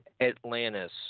Atlantis